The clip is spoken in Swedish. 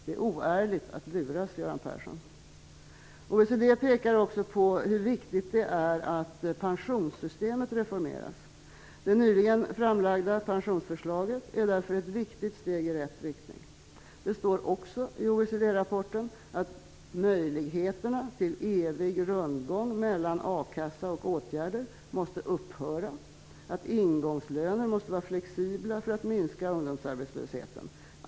Det är oärligt att luras, Göran Persson. OECD pekar också på hur viktigt det är att pensionssystemet reformeras. Det nyligen framlagda pensionsförslaget är därför ett viktigt steg i rätt riktning. Det står också i OECD rapporten att möjligheterna till evig rundgång mellan a-kassa och åtgärder måste upphöra och att ingångslönerna måste vara flexibla för att man skall kunna minska ungdomsarbetslösheten.